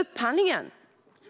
Upphandlingen,